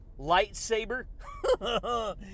lightsaber